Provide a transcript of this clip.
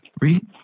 Read